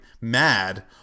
mad